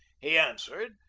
he answered,